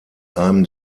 einem